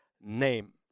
name